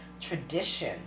tradition